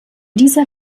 dieser